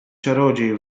czarodziej